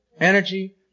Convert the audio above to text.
energy